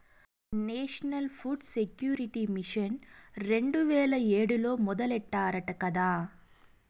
national food security mission రెండు వేల ఏడులో మొదలెట్టారట కదా